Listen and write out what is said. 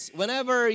whenever